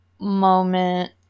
moment